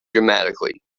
dramatically